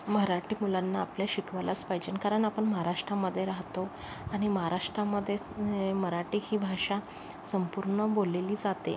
मराठी मुलांना आपल्या शिकवायलाच पाहिजे कारण आपण महाराष्ट्रामध्ये राहतो आणि महाराष्ट्रामध्येच मराठी ही भाषा संपूर्ण बोललेली जाते